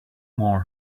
more